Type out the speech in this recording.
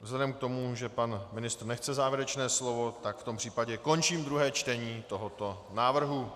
Vzhledem k tomu, že pan ministr nechce závěrečné slovo, tak v tom případě končím druhé čtení tohoto návrhu.